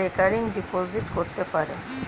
recurring deposit করতে পারে